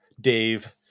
Dave